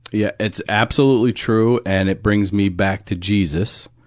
yeah. it's absolutely true. and it brings me back to jesus.